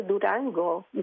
Durango